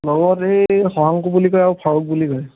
লগত এই শশাংকু বুলি কয় আৰু ফাৰুক বুলি কয়